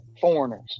foreigners